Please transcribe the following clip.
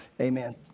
Amen